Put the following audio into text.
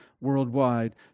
worldwide